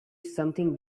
something